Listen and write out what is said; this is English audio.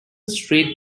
straight